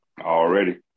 Already